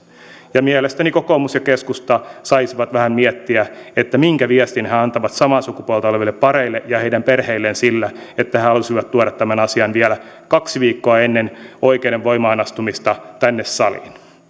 mielestäni kokoomus ja keskusta saisivat vähän miettiä minkä viestin he antavat samaa sukupuolta oleville pareille ja heidän perheilleen sillä että he halusivat tuoda tämän asian vielä kaksi viikkoa ennen oikeuden voimaan astumista tänne saliin